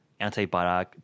antibiotic